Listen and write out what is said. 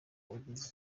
ugize